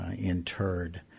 interred